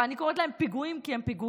ואני קוראת להם פיגועים כי הם פיגועים,